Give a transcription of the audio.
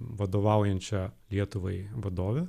vadovaujančią lietuvai vadovę